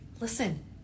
Listen